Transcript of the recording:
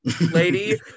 lady